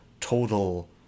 total